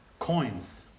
coins